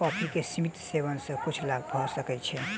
coffee के सीमित सेवन सॅ किछ लाभ भ सकै छै